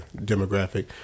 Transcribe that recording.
demographic